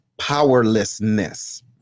powerlessness